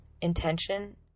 intention